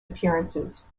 appearances